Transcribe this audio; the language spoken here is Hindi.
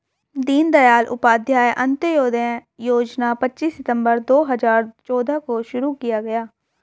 दीन दयाल उपाध्याय अंत्योदय योजना पच्चीस सितम्बर दो हजार चौदह को शुरू किया गया